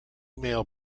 mail